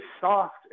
soft